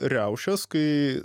riaušes kai